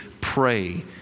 pray